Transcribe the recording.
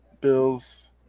bills